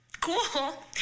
cool